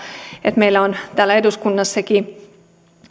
että meillä on täällä eduskunnassakin